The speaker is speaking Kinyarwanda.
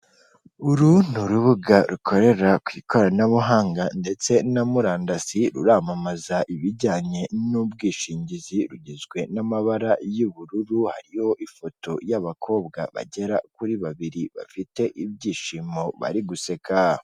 Uru ni urubuga rukorera ku ikoranabuhanga ndetse na murandasi, ruramamaza ibijyanye n'ubwishingizi, rugizwe n'amabara y'ubururu, hariyo ifoto y'abakobwa bagera kuri babiri bafite ibyishimo bari guseka.